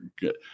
good